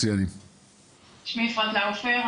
שמי אפרת לאופר,